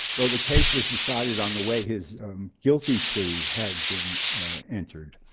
though the case was decided on the way his guilty plea had been entered.